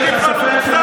יש לך ספק,